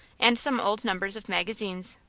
and some old numbers of magazines.